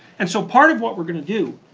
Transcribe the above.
and so part of what we're gonna do